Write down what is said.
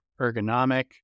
ergonomic